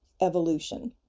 evolution